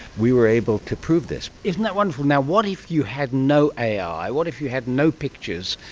we were able to prove this. isn't that wonderful. now, what if you had no ai, what if you had no pictures,